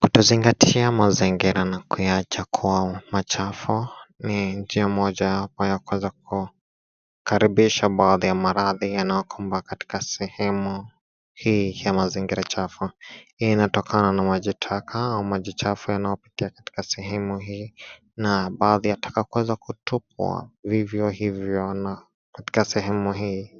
Kutozingatia mazingira na kuyaacha kuwa machafu ni njia moja ya kuweza kukaribisha baadhi ya maradhi yanayokumbwa katika sehemu hii ya mazingira chafu. Hii inatokana na majitaka au maji chafu yanayopitia katika sehemu hii na baadhi ya taka kuweza kutupwa vivyo hiyo katika sehemu hii